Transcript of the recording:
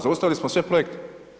Zaustavili smo sve projekte.